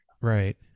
Right